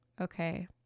okay